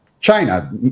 China